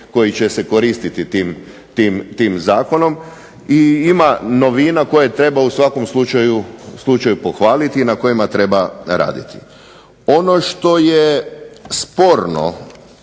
koji će se koristiti tim zakonom. I ima novina koje treba u svakom slučaju pohvaliti, na kojima treba raditi. Ono što je sporno,